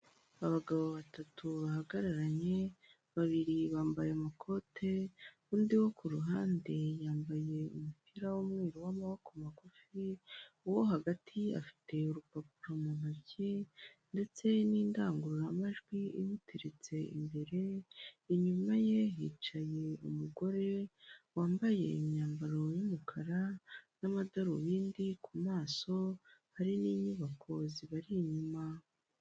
Abagabo batatu bahagararanye, babiri bambaye amakote, undi wo ku ruhande yambaye umupira w'umweru w'amaboko magufi, uwo hagati afite urupapuro mu ntoki ndetse n'indangururamajwi imuteretse imbere, inyuma ye hicaye umugore wambaye imyambaro y'umukara n'amadarubindi k'umaso, hari n'inyubako zibari inyuma.